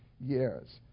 years